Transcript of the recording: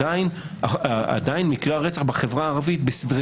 עדיין מקרי הרצח בחברה הערבית בסדרי